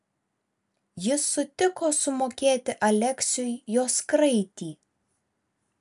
jis sutiko sumokėti aleksiui jos kraitį